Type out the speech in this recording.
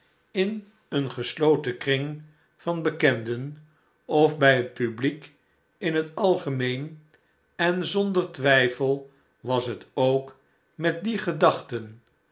in een gesloten kring van bekenden of bij het publiek in het algemeen en zonder twijfel was het ook met die gedachten